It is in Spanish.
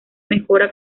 mejora